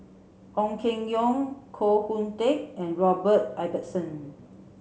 Ong Keng Yong Koh Hoon Teck and Robert Ibbetson